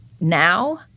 now